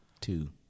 Two